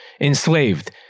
Enslaved